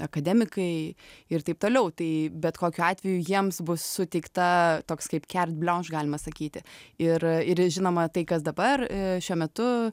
akademikai ir taip toliau tai bet kokiu atveju jiems bus suteikta toks kaip kerd bleunš galima sakyti ir ir žinoma tai kas dabar šiuo metu